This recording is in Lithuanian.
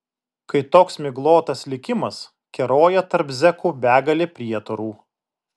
kai toks miglotas likimas keroja tarp zekų begalė prietarų